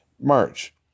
March